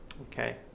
Okay